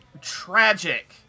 tragic